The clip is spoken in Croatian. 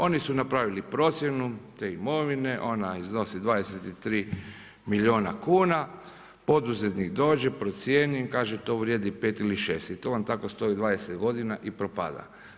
Oni su napravili procjenu te imovine, ona iznosi 23 milijuna kuna, poduzetnik dođe, procijeni, kaže to vrijedi 5 ili 6 i to vam tako stoji 20 godina i propada.